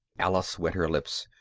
alice wet her lips.